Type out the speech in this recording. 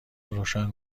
روشن